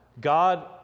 god